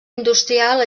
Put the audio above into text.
industrial